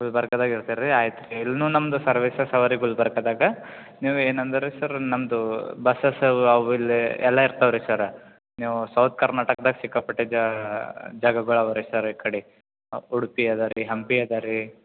ಗುಲ್ಬರ್ಗಾದಾಗ ಇರ್ತೀರಿ ರಿ ಆಯ್ತು ರೀ ಇಲ್ಲುನು ನಮ್ದು ಸರ್ವಿಸಸ್ ಅವೆ ರಿ ಗುಲ್ಬರ್ಗದಾಗ ನೀವು ಏನು ಅಂದಿರ್ರಿ ಸರ ನಮ್ಮದು ಬಸಸ್ ಅವು ಅವೆ ಇಲ್ಲಿ ಎಲ್ಲ ಇರ್ತಾವೆ ರೀ ಸರ ನೀವು ಸೌತ್ ಕರ್ನಾಟಕದಾಗ ಸಿಕ್ಕಾಪಟ್ಟೆ ಜಾ ಜಾಗಗಳು ಅವೆ ರೀ ಸರ್ ಈ ಕಡೆ ಉಡುಪಿ ಅದ ರೀ ಹಂಪಿ ಅದ ರೀ